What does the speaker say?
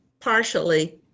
partially